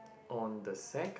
on the sac